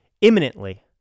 imminently